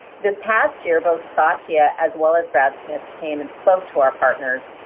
this past year, both satya as well as brad smith came and spoke to our partners,